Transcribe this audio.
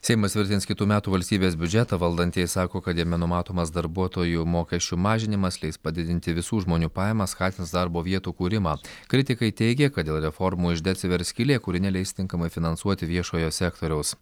seimas tvirtins kitų metų valstybės biudžetą valdantieji sako kad jame numatomas darbuotojų mokesčių mažinimas leis padidinti visų žmonių pajamas skatins darbo vietų kūrimą kritikai teigia kad dėl reformų ižde atsivers skylė kuri neleis tinkamai finansuoti viešojo sektoriaus